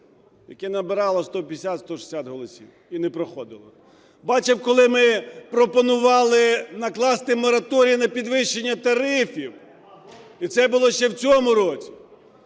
яке набирало 150-160 голосів і не проходило. Бачив, коли ми пропонували накласти мораторій на підвищення тарифів, і це було ще в цьому році,